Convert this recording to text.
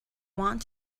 want